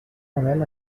model